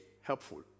helpful